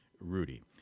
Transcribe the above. Rudy